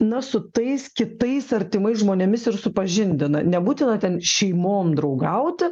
na su tais kitais artimais žmonėmis ir supažindina nebūtina ten šeimom draugauti